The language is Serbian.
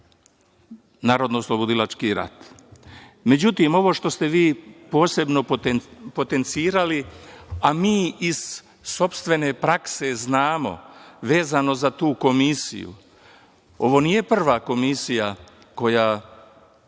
vezano za NOR.Međutim, ovo što ste vi posebno potencirali, a mi iz sopstvene prakse znamo, vezano za tu Komisiju, ovo nije prva Komisija koja